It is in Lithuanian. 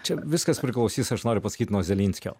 čia viskas priklausys aš noriu pasakyt nuo zelinskio